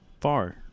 far